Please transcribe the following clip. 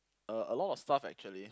uh a lot of stuff actually